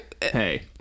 Hey